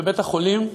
בבית-החולים,